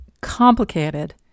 complicated